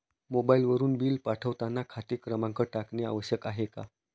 मोबाईलवरून बिल पाठवताना खाते क्रमांक टाकणे आवश्यक आहे का?